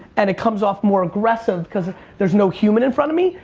and it comes off more aggressive because there is no human in front of me.